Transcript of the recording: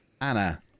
Anna